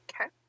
Okay